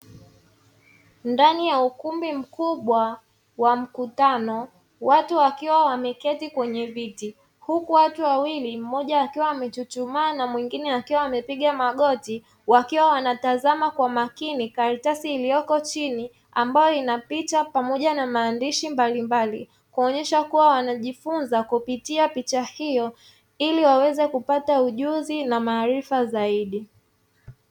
Ndani ya ukumbi mkubwa wa mkutano, watu wakiwa wameketi kwenye viti huku watu wawili mmoja akiwa amechuchumaa na mwingine akiwa amepiga magoti wakiwa wanatazama kwa makini karatasi iliyoko chini ambayo ina picha pamoja na maandishi mbalimbali kuonyesha kuwa wanajifunza kupitia picha hiyo ili waweze kupata ujuzi na maarifa zaidi.